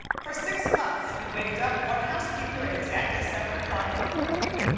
for six months he waked up one housekeeper at exactly seven o'clock in the morning,